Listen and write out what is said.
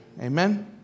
Amen